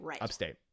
upstate